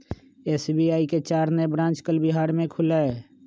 SBI के चार नए ब्रांच कल बिहार में खुलय